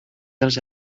dels